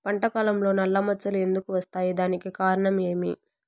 పంట కాలంలో నల్ల మచ్చలు ఎందుకు వస్తాయి? దానికి కారణం ఏమి?